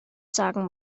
sagen